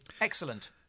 Excellent